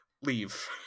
leave